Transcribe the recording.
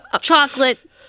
chocolate